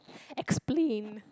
explain